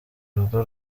urugo